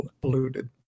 polluted